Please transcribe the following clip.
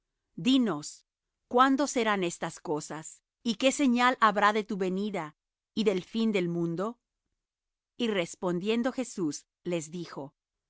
dinos cuándo serán estas cosas y qué señal habrá de tu venida y del fin del mundo y respondiendo jesús les dijo